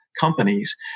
companies